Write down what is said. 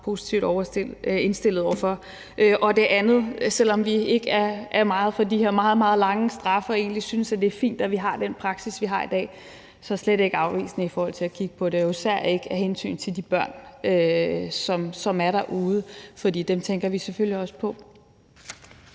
positivt indstillet over for. Til det andet vil jeg sige, at selv om vi ikke er meget for de her meget, meget lange straffe og egentlig synes, at det er fint, at vi har den praksis, vi har i dag, så er jeg slet ikke afvisende i forhold til at kigge på det, især ikke af hensyn til de børn, som er derude, for dem tænker vi selvfølgelig også på.